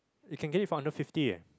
it can get it for under fifty ah